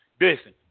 Listen